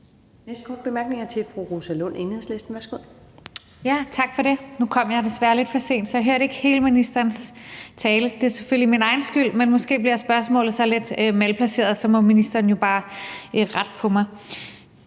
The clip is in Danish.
næste korte bemærkning er til fru Rosa Lund, Enhedslisten. Værsgo. Kl. 17:23 Rosa Lund (EL): Tak for det. Nu kom jeg desværre lidt for sent, så jeg hørte ikke hele ministerens tale. Det er selvfølgelig min egen skyld, men måske bliver spørgsmålet så lidt malplaceret, men så må ministeren jo bare rette på mig.